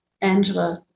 Angela